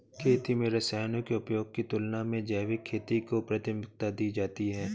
खेती में रसायनों के उपयोग की तुलना में जैविक खेती को प्राथमिकता दी जाती है